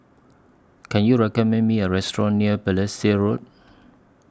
Can YOU recommend Me A Restaurant near Balestier Road